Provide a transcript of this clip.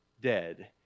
dead